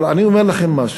אבל אני אומר לכם משהו,